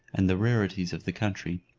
and the rarities of the country.